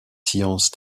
science